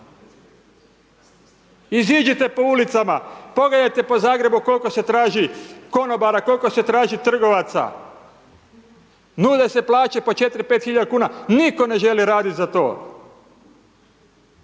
iziđite po ulicama, pogledajte po Zagrebu koliko se traži konobara, koliko se traži trgovaca, nude se plaće po 4-5.000,00 kn, nitko ne želi raditi za to.